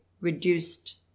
reduced